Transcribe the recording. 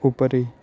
उपरि